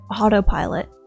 autopilot